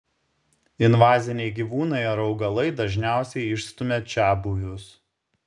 invaziniai gyvūnai ar augalai dažniausiai išstumia čiabuvius